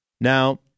Now